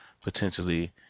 potentially